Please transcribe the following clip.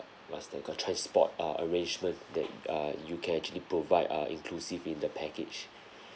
what's that called transport uh arrangement that err you can actually provide uh inclusive in the package